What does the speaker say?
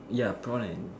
ya prawn and